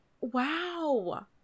wow